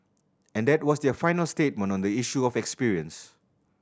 and that was their final statement on the issue of experience